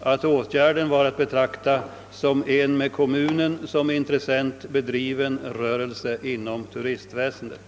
att åtgärden var att betrakta som en med kommunen som intressent bedriven rörelse inom turistväsendet.